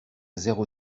zéro